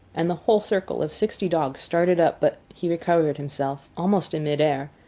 and the whole circle of sixty dogs started up but he recovered himself, almost in mid air,